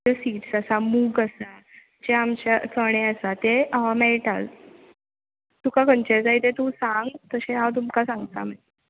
ते सिड्स आसा मूग आसा जे आमच्या चणे आसा ते मेळटा तुका खंचे जाय ते तूं सांग तशें हांव तुमकां सांगता मा